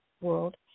world